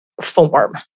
form